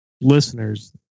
Listeners